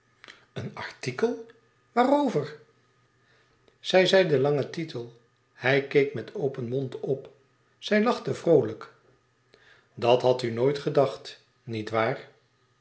een artikel waarover zij zeide den langen titel hij keek met open mond op zij lachte vroolijk dat had u nooit gedacht